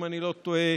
אם אני לא טועה,